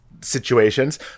situations